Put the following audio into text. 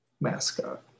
mascot